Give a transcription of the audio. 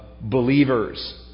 believers